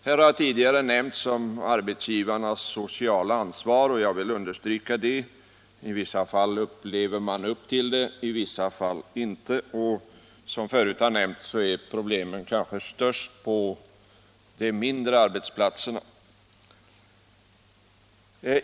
Man har här tidigare nämnt arbetsgivarnas sociala ansvar, och jag vill understryka det. I vissa fall lever de upp till detta ansvar, i andra fall inte. Som tidigare nämnts är problemen kanske störst på de mindre arbetsplatserna.